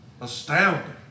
astounding